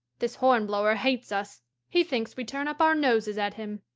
this hornblower hates us he thinks we turn up our noses at him.